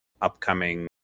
Upcoming